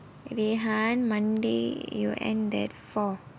rayhan monday you'll end at four